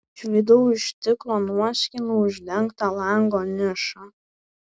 išvydau iš stiklo nuoskilų uždengtą lango nišą